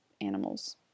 Animals